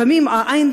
לפעמים העין,